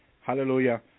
hallelujah